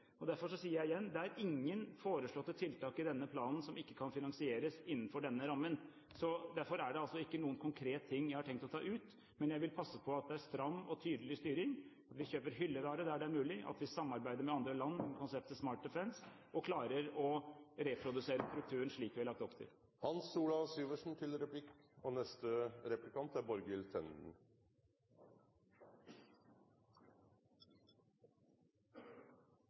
Derfor sier jeg igjen: Det er ingen foreslåtte tiltak i denne planen som ikke kan finansieres innenfor denne rammen. Derfor er det altså ikke noen konkrete ting jeg har tenkt å ta ut, men jeg vil passe på at det er stram og tydelig styring, at vi kjøper hyllevare der det er mulig, at vi samarbeider med andre land under konseptet «Smart Defence» og klarer å reprodusere strukturen slik vi har lagt opp til. Jeg har lyst til